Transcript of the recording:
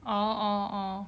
orh orh orh